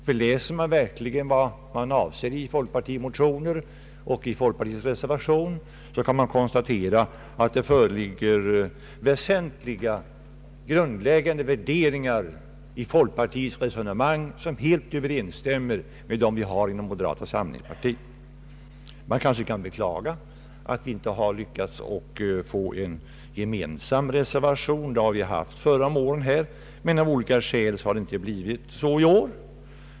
Ty läser man vad som avses i folkpartimotionen och i folkpartiets reservation, så kan man konstatera att det föreligger väsentliga grundläggande värderingar i folkpartiets resonemang som helt överensstämmer med dem vi har i moderata samlingspartiet. Man kanske kan beklaga att vi inte har lyckats få en gemensam reservation, som vi haft förr om åren, men av olika skäl har det inte blivit så i år.